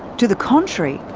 to the contrary,